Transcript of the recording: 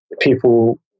people